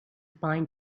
pine